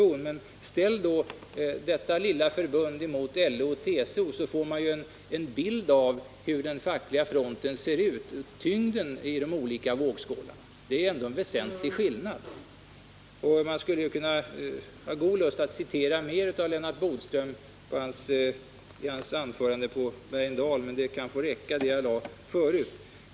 Men om man ställer detta lilla förbund mot LO och TCO, så får man en bild av hur den fackliga fronten ser ut, hur tyngden är i de olika vågskålarna — och det är en väsentlig skillnad. Jag skulle ha god lust att citera mera från Lennart Bodströms anförande på Bergendal, men det jag tog upp förut kan räcka.